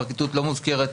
הפרקליטות לא מוזכרת.